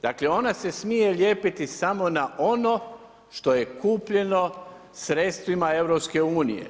Dakle ona se smije lijepiti samo na ono što je kupljeno sredstvima EU.